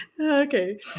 okay